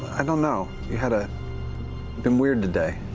i don't know. you had ah been weird today.